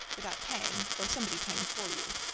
without paying, or somebody paying for you.